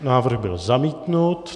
Návrh byl zamítnut.